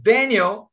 Daniel